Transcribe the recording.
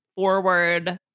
Forward